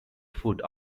food